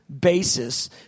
basis